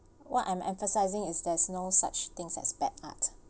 what I'm emphasising is there's no such things as bad art